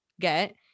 get